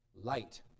Light